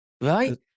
right